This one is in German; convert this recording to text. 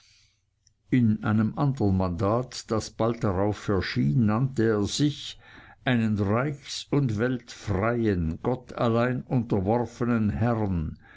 in einem anderen mandat das bald darauf erschien nannte er sich einen reichs und weltfreien gott allein unterworfenen herrn